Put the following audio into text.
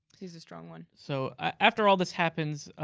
he's a strong one. so after all this happens,